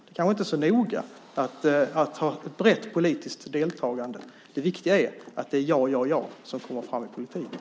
Det kanske inte är så viktigt att ha ett brett politiskt deltagande. Det viktiga är att det är "jag" som kommer fram i politiken.